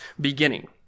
beginning